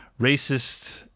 racist